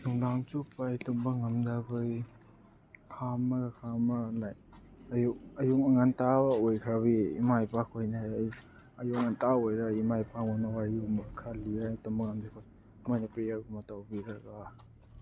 ꯅꯨꯡꯗꯥꯡ ꯆꯨꯞꯄ ꯑꯩ ꯇꯨꯝꯕ ꯉꯝꯗꯕꯒꯤ ꯈꯥꯝꯃꯒ ꯈꯥꯝꯃꯒ ꯂꯥꯛꯑꯦ ꯑꯌꯨꯛ ꯑꯌꯨꯛꯉꯟꯇꯥ ꯑꯣꯏꯈ꯭ꯔꯕꯒꯤ ꯏꯃꯥ ꯏꯄꯥ ꯈꯣꯏꯅ ꯑꯌꯨꯛ ꯉꯟꯇꯥ ꯑꯣꯏꯔ ꯏꯃꯥ ꯏꯄꯥ ꯈꯣꯏꯅ ꯋꯥꯔꯤꯒꯨꯝꯕ ꯈꯔ ꯂꯤꯔ ꯇꯨꯝꯕ ꯉꯝꯗꯦ ꯑꯩꯈꯣꯏ ꯑꯗꯨꯃꯥꯏ ꯄ꯭ꯔꯦꯌꯔꯒꯨꯝꯕ ꯇꯧꯕꯤꯔꯒ